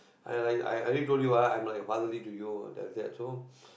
I like I I already told you ah I'm like a fatherly to you that's that so